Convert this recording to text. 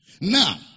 Now